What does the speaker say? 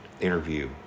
interview